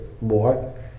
more